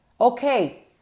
Okay